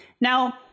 Now